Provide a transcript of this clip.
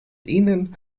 ihnen